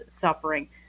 suffering